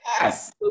Yes